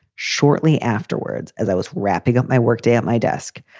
shortly afterwards, as i was wrapping up my work day at my desk,